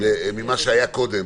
ממה שהיה קודם.